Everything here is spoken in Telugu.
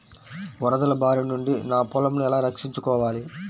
వరదల భారి నుండి నా పొలంను ఎలా రక్షించుకోవాలి?